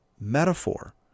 metaphor